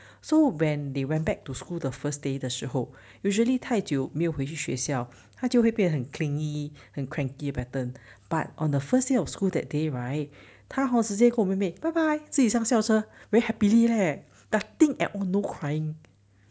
so when they went back to school the first day 时候 usually 太久没有回去学校他就会变成很 clingy 很 cranky 的 pattern but on the first day of school that day right 他 hor 直接跟我妹妹拜拜自己上校车 very happily leh nothing at all no crying